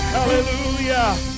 Hallelujah